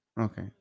okay